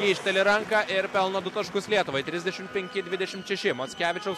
kišteli ranką ir pelno du taškus lietuvai trisdešimt penki dvidešimt šeši mockevičiaus